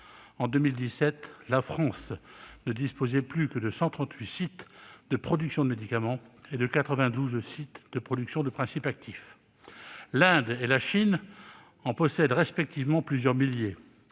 En 2017, la France ne disposait plus que de 138 sites de production de médicaments et de 92 sites de production de principes actifs ... L'Inde et la Chine possèdent chacune plusieurs milliers